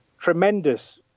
tremendous